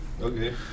Okay